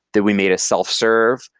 that we made a self-serve,